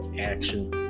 action